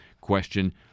question